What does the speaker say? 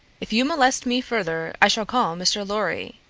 if you molest me further i shall call mr. lorry.